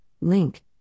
Link